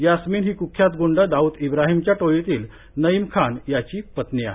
यास्मीन ही क्ख्यात ग्रंड दाऊद इब्राहिमच्या टोळीतील नईम खान याची पत्नी आहे